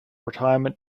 retirement